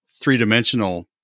three-dimensional